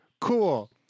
cool